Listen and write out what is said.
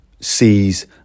sees